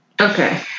Okay